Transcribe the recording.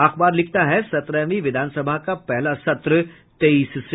अखबार लिखता है सत्रहवीं विधानसभा का पहला सत्र तेईस से